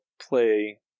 play